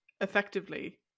effectively